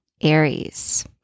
Aries